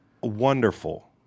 Wonderful